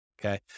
Okay